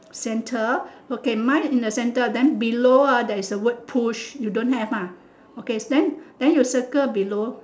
center okay mine in the center then below ah there is a word push you don't have ah okay then then you circle below